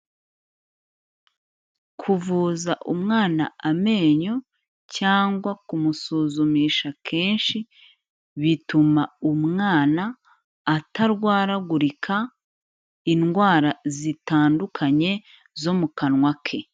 Kuvuza umwana amenyo cyangwa kumusuzumisha kenshi bituma umwana atarwaragurika indwara zitandukanye zo mu kanwa ke.